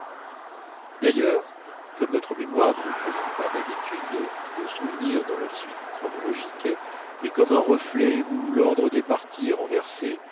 d'ailleurs comme notre mémoire ne nous présente pas d'habitude nos souvenirs dans leur suite chronologique mais comme un reflet où l'ordre des parties est renversé